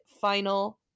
final